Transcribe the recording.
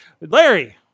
larry